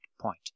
point